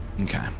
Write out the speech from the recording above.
Okay